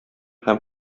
һәм